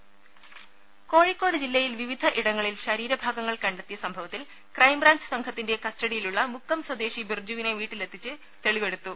ദരദ കോഴിക്കോട് ജില്ലയിൽ വിവിധ ഇടങ്ങളിൽ ശരീര ഭാഗങ്ങൾ കണ്ടെത്തിയ സംഭവത്തിൽ ക്രൈംബ്രാഞ്ച് സംഘത്തിന്റെ കസ്റ്റഡിയിലുള്ള മുക്കം സ്വദേശി ബിർജുവിനെ വീട്ടിലെത്തിച്ച് തെളിവെടുത്തു